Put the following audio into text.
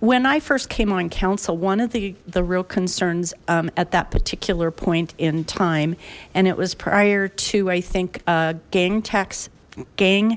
when i first came on council one of the the real concerns at that particular point in time and it was prior to i think gang tax gang